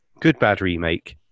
goodbadremake